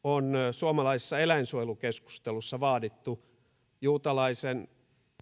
suomalaisessa eläinsuojelukeskustelussa on vaadittu juutalaisen